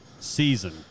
Season